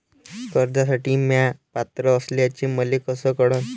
कर्जसाठी म्या पात्र असल्याचे मले कस कळन?